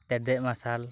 ᱛᱮᱨᱫᱮᱡ ᱢᱟᱨᱥᱟᱞ